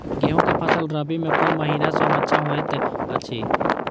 गेहूँ के फसल रबि मे कोन महिना सब अच्छा होयत अछि?